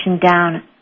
down